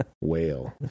whale